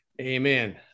Amen